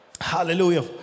hallelujah